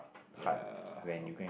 ya